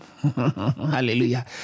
Hallelujah